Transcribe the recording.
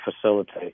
facilitate